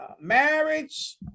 marriage